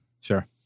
Sure